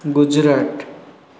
Gujarat